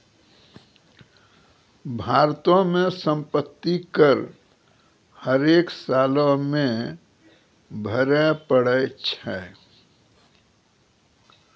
भारतो मे सम्पति कर हरेक सालो मे भरे पड़ै छै